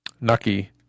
Nucky